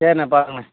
சரிண்ண பாருங்கண்ணா